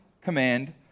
command